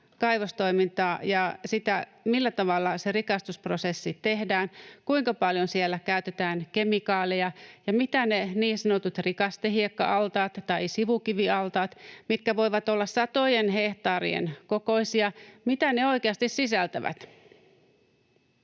kaivostoimintaa ja sitä, millä tavalla se rikastusprosessi tehdään, kuinka paljon siellä käytetään kemikaaleja ja mitä ne niin sanotut rikastehiekka-altaat tai sivukivialtaat, mitkä voivat olla satojen hehtaarien kokoisia, oikeasti sisältävät.